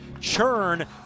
churn